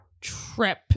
trip